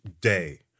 day